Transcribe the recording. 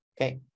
Okay